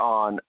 on